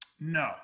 No